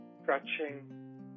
Stretching